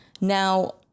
Now